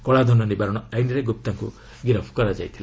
କଳାଧନ ନିବାରଣ ଆଇନ୍ରେ ଗୁପ୍ତାଙ୍କୁ ଗିରଫ୍ କରାଯାଇଥିଲା